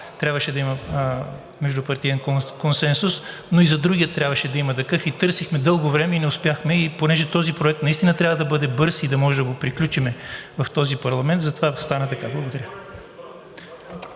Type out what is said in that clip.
трябваше да има междупартиен консенсус, но и за другия трябваше да има такъв. Търсихме дълго време и не успяхме. Понеже този проект наистина трябва да бъде бърз и да може да го приключим в този парламент, затова стана така. Благодаря.